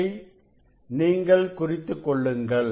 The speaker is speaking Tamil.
இதை நீங்கள் குறித்துக்கொள்ளுங்கள்